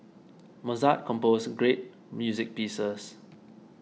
Mozart composed great music pieces